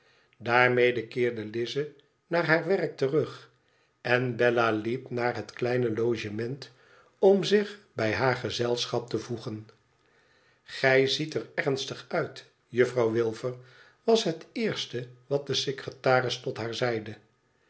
daarmede keerde lize naar haar werk terug en bella liep naar het kleine logement om zich bij baarg zelschap te voegen gij ziet er ernstig uit jufirouw wilfer was het eerste wat de secre taris tot haar zeide